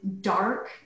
dark